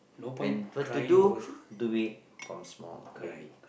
when what to do do it from small maybe